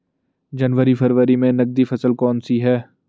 जनवरी फरवरी में नकदी फसल कौनसी है?